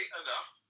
enough